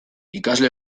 ikasle